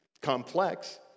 complex